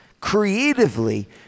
creatively